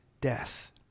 death